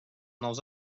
nous